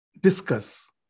discuss